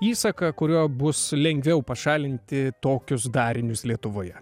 įsaką kuriuo bus lengviau pašalinti tokius darinius lietuvoje